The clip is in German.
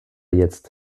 jetzt